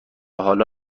حالا